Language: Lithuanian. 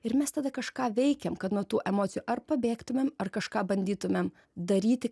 ir mes tada kažką veikiam kad nuo tų emocijų ar pabėgtumėm ar kažką bandytumėm daryti